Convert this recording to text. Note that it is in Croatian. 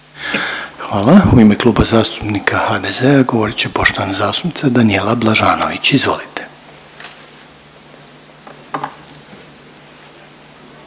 Hvala. U ime Kluba zastupnika Mosta govorit će poštovani zastupnik Božo Petrov. Izvolite.